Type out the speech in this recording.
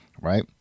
Right